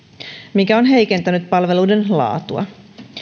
mikä on heikentänyt palveluiden laatua